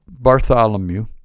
Bartholomew